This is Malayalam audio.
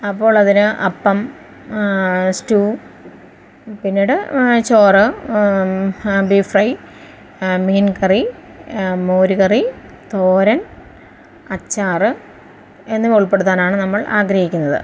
അപ്പോൾ അതിന് അപ്പം സ്റ്റൂ പിന്നീട് ചോറ് ബീഫ് ഫ്രൈ മീൻകറി മോരുകറി തോരൻ അച്ചാർ എന്നിവ ഉൾപ്പെടുത്താനാണ് നമ്മൾ ആഗ്രഹിക്കുന്നത്